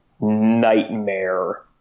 nightmare